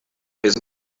his